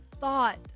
thought